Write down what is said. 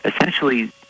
essentially